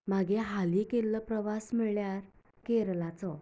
म्हागे हालीं केल्लो प्रवास म्हणल्यार केरलाचो